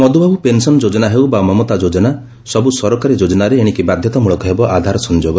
Madhubabu pension ଯୋଜନା ହେଉ ବା ମମତା ଯୋଜନା ସବୁ ସରକାରୀ ଯୋଜନାରେ ଏଶିକି ବାଧତାମୂଳକ ହେବ ଆଧାର ସଂଯୋଗ